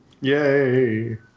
Yay